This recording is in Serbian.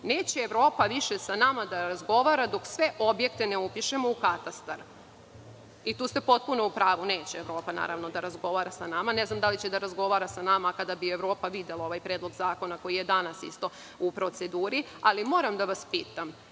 neće Evropa sa nama više da razgovara dok sve objekte ne upišemo u katastar. Tu ste potpuno u pravu. Neće, naravno, da razgovara sa nama. Da li će da razgovara sa nama kada bi Evropa videla ovaj predlog zakona koji je danas u proceduri? Moram da vas pitam